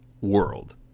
world